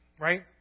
right